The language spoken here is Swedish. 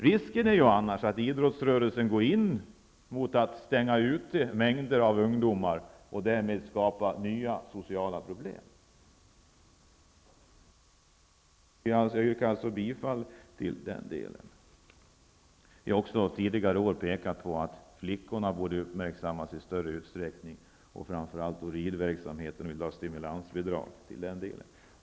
Risken är annars att idrottsrörelsen går mot att stänga ute mängder av ungdomar och därmed skapa nya sociala problem. Jag yrkar alltså bifall till den delen. Vi har också tidigare år pekat på att flickorna borde uppmärksammas i större utsträckning. Det gäller då framför allt ridverksamheten. Den vill vi ha stimulansbidrag till.